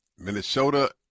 Minnesota